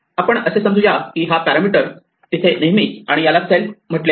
आपण असे समजू यात की हा पॅरामिटर तिथे नेहमीच आहे आणि याला सेल्फ म्हटले आहे